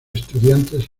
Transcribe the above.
estudiantes